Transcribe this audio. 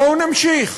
בואו נמשיך.